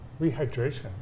rehydration